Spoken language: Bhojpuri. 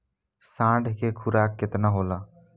साँढ़ के खुराक केतना होला?